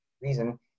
reason